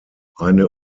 eine